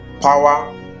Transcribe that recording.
power